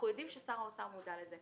אנחנו יודעים ששר האוצר מודע לזה.